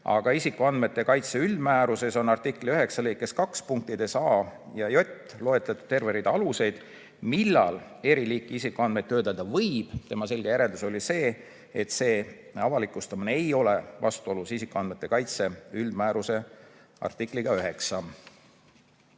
aga isikuandmete kaitse üldmääruses on artikli 9 lõike 2 punktides a ja j loetletud terve rida aluseid, millal selliseid isikuandmeid töödelda võib. Tema selge järeldus oli see, et see avalikustamine ei ole vastuolus isikuandmete kaitse üldmääruse artikliga 9.